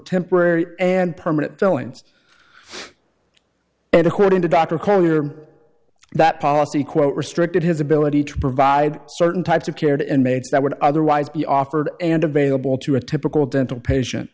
temporary and permanent felons and according to dr connor that policy quote restricted his ability to provide certain types of cared inmates that would otherwise be offered and available to a typical dental patient